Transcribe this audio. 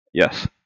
Yes